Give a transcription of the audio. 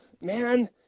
man